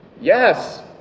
Yes